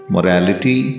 Morality